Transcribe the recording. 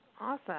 Awesome